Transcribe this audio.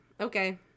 Okay